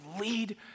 lead